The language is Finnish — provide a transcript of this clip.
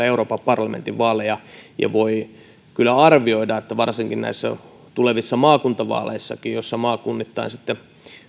euroopan parlamentin vaaleja voi kyllä arvioida että varsinkin näissä tulevissa maakuntavaaleissa joissa maakunnittain sitten